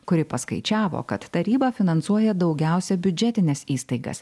kuri paskaičiavo kad taryba finansuoja daugiausia biudžetines įstaigas